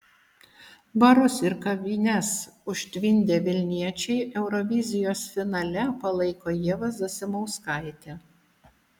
barus ir kavines užtvindę vilniečiai eurovizijos finale palaiko ievą zasimauskaitę